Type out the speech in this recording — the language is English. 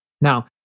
now